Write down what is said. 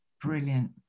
brilliant